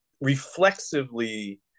reflexively